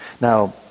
Now